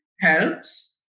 helps